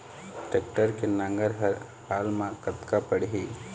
Tractor के नांगर हर हाल मा कतका पड़िही?